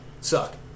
suck